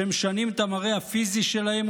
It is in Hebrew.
שמשנים את המראה הפיזי שלהם,